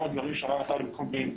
גם הדברים שאמר השר לביטחון פנים,